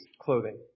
clothing